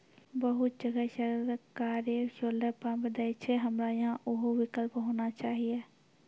बहुत जगह सरकारे सोलर पम्प देय छैय, हमरा यहाँ उहो विकल्प होना चाहिए?